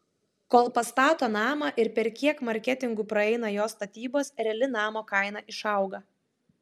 kol pastato namą ir per kiek marketingų praeina jo statybos reali namo kaina išauga